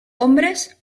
hombres